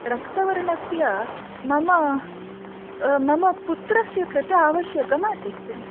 रक्तवर्णस्य मम मम पुत्रस्य कृते आवश्यकमासीत्